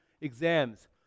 exams